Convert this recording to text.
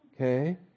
Okay